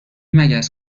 مگس